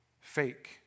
fake